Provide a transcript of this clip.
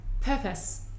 purpose